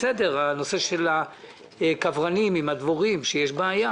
של הדבוראים, שיש שם בעיה